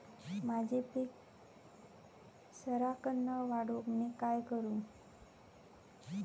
माझी पीक सराक्कन वाढूक मी काय करू?